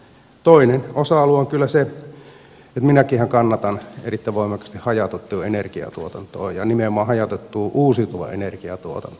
toinen osa alue on kyllä se että minäkin ihan kannatan erittäin voimakkaasti hajautettua energiatuotantoa ja nimenomaan hajautettua uusiutuvaa energiantuotantoa